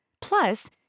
Plus